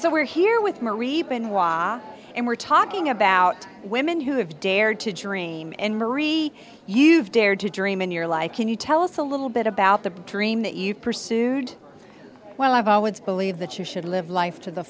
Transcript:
so we're here with marie bin wa and we're talking about women who have dared to dream and marie you've dared to dream in your life can you tell us a little bit about the dream that you pursued well i've always believed that you should live life to the